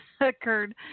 occurred